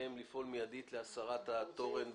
מהן לפעול מידית להסרת התורן והאנטנות.